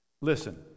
Listen